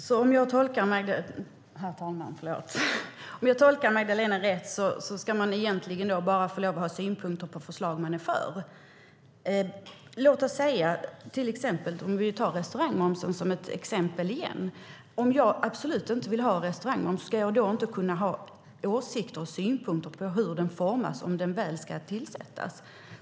Herr talman! Om jag tolkar Magdalena rätt ska man egentligen få lov att ha synpunkter bara på förslag som man är för. Låt oss ta restaurangmomsen som exempel. Om jag absolut inte vill ha restaurangmoms, ska jag då inte kunna ha åsikter och synpunkter på hur den utformas, om den väl ska bli av?